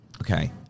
okay